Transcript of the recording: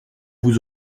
vous